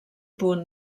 punt